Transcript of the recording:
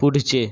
पुढचे